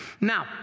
Now